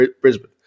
Brisbane